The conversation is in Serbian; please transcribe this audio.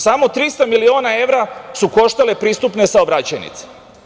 Samo 300 miliona evra su koštale pristupne saobraćajnice.